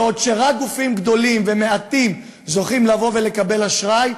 בעוד רק גופים גדולים ומעטים זוכים לבוא ולקבל אשראי,